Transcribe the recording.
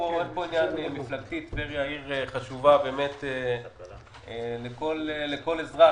טבריה עיר חשובה לכל אזרח.